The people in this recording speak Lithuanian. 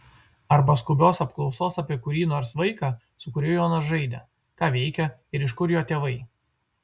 arba skubios apklausos apie kurį nors vaiką su kuriuo jonas žaidė ką veikia ir iš kur jo tėvai